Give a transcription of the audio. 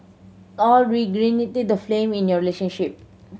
alway reignite the flame in your relationship